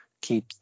keep